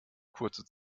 kurze